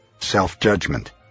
self-judgment